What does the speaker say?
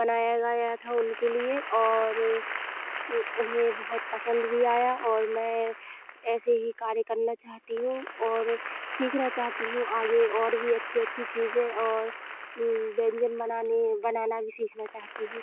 बनाया गया था उनके लिए और ये उन्हें बहुत पसंद भी आया और मैं ऐसे ही कार्य करना चाहती हूँ और सीखना चाहती हूँ आगे और भी अच्छी अच्छी चीजे और व्यंजन बनाने बनाना भी सीखना चाहती हूँ